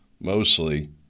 mostly